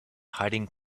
hiding